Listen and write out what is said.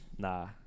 Nah